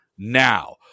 now